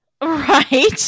Right